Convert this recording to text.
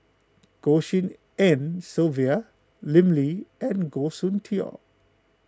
Goh Tshin En Sylvia Lim Lee and Goh Soon Tioe